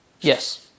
Yes